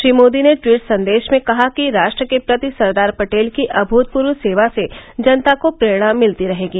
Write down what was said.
श्री मोदी ने ट्वीट संदेश में कहा कि राष्ट्र के प्रति सरदार पटेल की अभूतपूर्व सेवा से जनता को प्रेरणा मिलती रहेगी